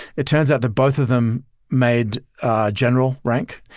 it turns out that both of them made general rank.